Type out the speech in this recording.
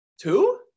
Two